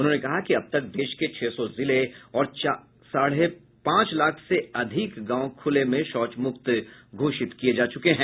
उन्होंने कहा कि अब तक देश के छह सौ जिले और साढ़े पांच लाख से अधिक गांव खुले में शौच मुक्त घोषित किए जा चुके हैं